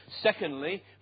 Secondly